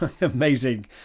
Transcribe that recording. amazing